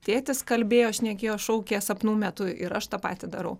tėtis kalbėjo šnekėjo šaukė sapnų metu ir aš tą patį darau